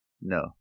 No